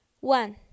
one